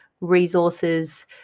resources